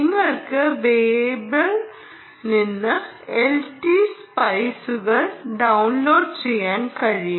നിങ്ങൾക്ക് വെബിൽ നിന്ന് എൽടി സ് പൈസുകൾ ഡൌൺലോഡ് ചെയ്യാൻ കഴിയും